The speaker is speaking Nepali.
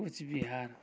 कुचबिहार